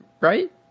right